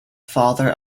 father